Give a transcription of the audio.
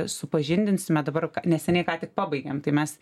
supažindinsime dabar k neseniai ką tik pabaigėm tai mes